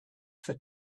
for